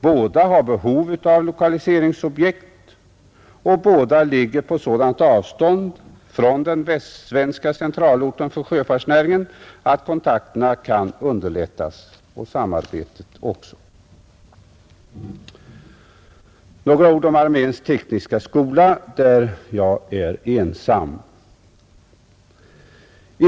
Båda har behov av lokaliseringsobjekt och båda ligger på sådant avstånd från den västsvenska centralorten för sjöfartsnäringen, att kontakterna och samarbetet kan underlättas, Några ord om arméns tekniska skola, beträffande vilken jag är ensam om en reservation.